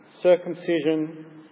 circumcision